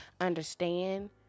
understand